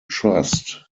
trust